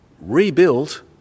rebuilt